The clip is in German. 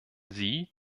sie